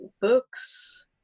books